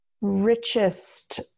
richest